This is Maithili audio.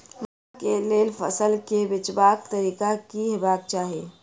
मुनाफा केँ लेल फसल केँ बेचबाक तरीका की हेबाक चाहि?